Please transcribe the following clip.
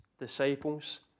disciples